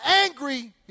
angry